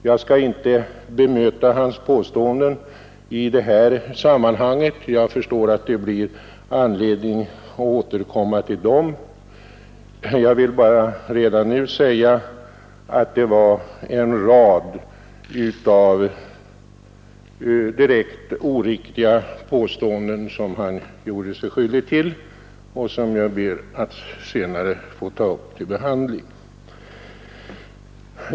Jag skall inte bemöta hans påståenden i detta sammanhang; jag får anledning att återkomma till dem. Jag vill bara redan nu säga att han gjorde sig skyldig till en rad av direkt oriktiga påståenden, som jag ber att senare få ta upp till bemötande.